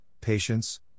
patience